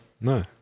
No